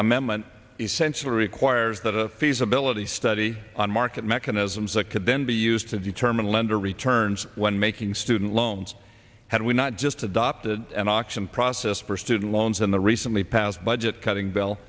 amendment essentially requires that a piece ability study on market mechanisms that could then be used to determine lender returns when making student loans had we not just adopted an auction process for student loans and the recently passed budget cutting bell